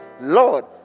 Lord